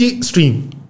stream